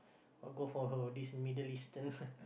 all go for her this Middle Eastern